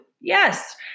Yes